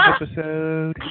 episode